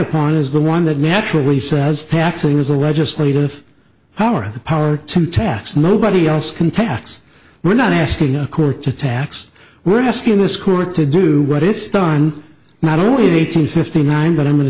upon is the one that naturally says taxing is a legislative power power to tax nobody else can tax we're not asking a court to tax we're asking this court to do what it's done not only eight hundred fifty nine but i'm going to